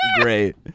great